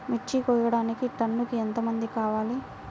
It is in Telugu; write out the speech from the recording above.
మిర్చి కోయడానికి టన్నుకి ఎంత మంది కావాలి?